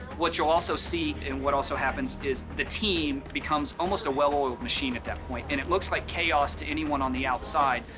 what you'll also see, and what also happens, is the team becomes almost a well-oiled machine at that point. and it looks like chaos to anyone on the outside,